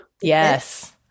Yes